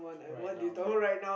right now bro